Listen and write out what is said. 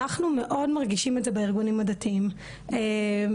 אנחנו מאוד מרגישים את זה בארגונים הדתיים וזה